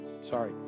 sorry